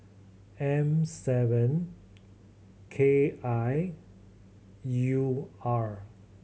M seven K I U R